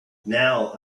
now